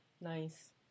Nice